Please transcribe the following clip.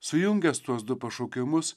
sujungęs tuos du pašaukimus